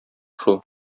шул